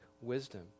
wisdom